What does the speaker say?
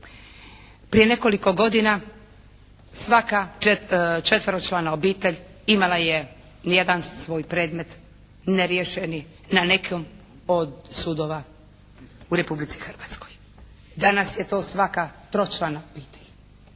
Prije nekoliko godina svaka četveročlana obitelj imala je jedan svoj predmet neriješeni na nekom od sudova u Republici Hrvatskoj. Danas je to svaka tročlana obitelj